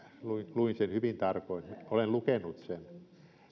luin sen hyvin tarkoin olen lukenut sen